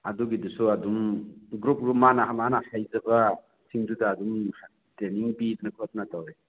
ꯑꯗꯨꯒꯤꯗꯨꯁꯨ ꯑꯗꯨꯝ group group ꯃꯥꯅ ꯃꯥꯅ ꯍꯩꯖꯕꯁꯤꯡꯗꯨꯗ ꯑꯗꯨꯝ ꯇ꯭ꯔꯦꯅꯤꯡ ꯄꯤꯗꯅ ꯈꯣꯠꯇꯅ ꯇꯧꯋꯦ